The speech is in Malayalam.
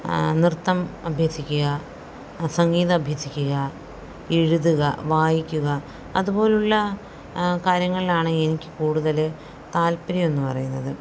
നൃത്തം അഭ്യസിക്കുക സംഗീതം അഭ്യസിക്കുക എഴുതുക വായിക്കുക അതുപോലുള്ള കാര്യങ്ങളിലാണ് എനിക്ക് കൂടുതൽ താല്പര്യം എന്നു പറയുന്നത്